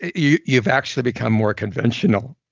you've you've actually become more conventional,